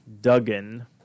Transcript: Duggan